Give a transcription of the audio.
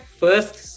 first